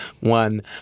one